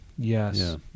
Yes